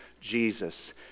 Jesus